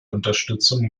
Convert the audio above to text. unterstützung